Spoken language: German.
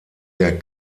der